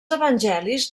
evangelis